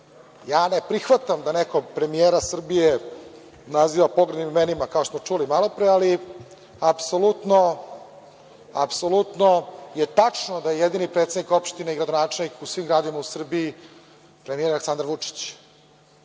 Ne prihvatam da neko premijera Srbije naziva pogrdnim imenima, kao što smo čuli malopre, ali apsolutno je tačno da je jedini predsednik opštine i gradonačelnik u svim gradovima u Srbiji premijer Aleksandar Vučić.